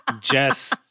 Jess